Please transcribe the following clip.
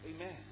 Amen